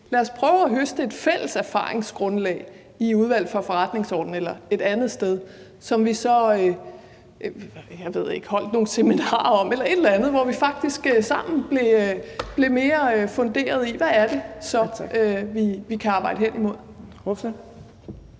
Lad os prøve at høste et fælles erfaringsgrundlag i Udvalget for Forretningsordenen eller et andet sted, som vi så holdt nogle seminarer om eller et eller andet, hvor vi faktisk sammen blev mere velfunderede, i forhold til hvad det så er, vi kan arbejde henimod? Kl.